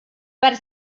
per